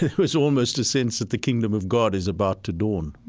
it was almost a sense that the kingdom of god is about to dawn.